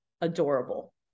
adorable